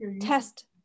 test